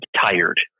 tired